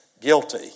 guilty